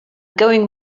going